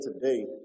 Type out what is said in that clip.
today